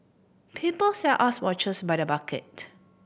people sell us watches by the bucket